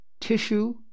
tissue